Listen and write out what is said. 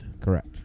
Correct